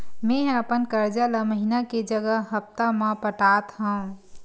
मेंहा अपन कर्जा ला महीना के जगह हप्ता मा पटात हव